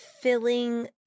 Filling